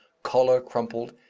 collar crumpled,